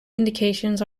indications